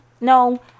no